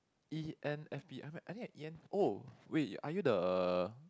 e_n_f_p I mean I mean E_N oh wait are you the